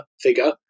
figure